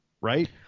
right